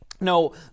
No